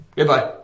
Goodbye